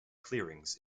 clearings